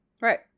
Right